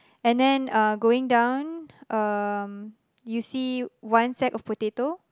and then uh going down um you see one sack of potato